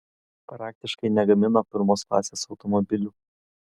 praktiškai negamino pirmos klasės automobilių